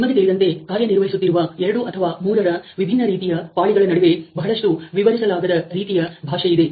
ನಿಮಗೆ ತಿಳಿದಂತೆ ಕಾರ್ಯನಿರ್ವಹಿಸುತ್ತಿರುವ ಎರಡು ಅಥವಾ ಮೂರರ ವಿಭಿನ್ನ ರೀತಿಯ ಪಾಳಿಗಳ ನಡುವೆ ಬಹಳಷ್ಟು ವಿವರಿಸಲಾಗದ ರೀತಿಯ ಭಾಷೆಯಿದೆ